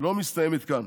לא מסתיימת כאן.